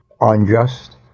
unjust